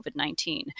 COVID-19